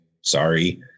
sorry